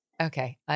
Okay